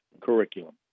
curriculum